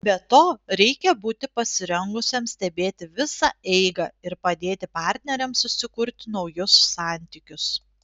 be to reikia būti pasirengusiam stebėti visą eigą ir padėti partneriams susikurti naujus santykius